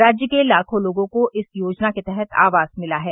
राज्य के लाखों लोगों को इस योजना के तहत आवास मिला है